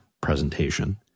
presentation